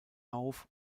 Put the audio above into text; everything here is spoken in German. auf